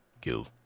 kill